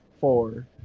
Four